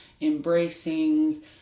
embracing